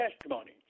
testimony